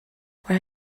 where